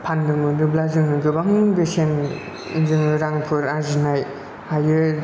फाननो मोनोब्ला जोङो गोबां बेसेन जोङो रांफोर आरजिनाय हायो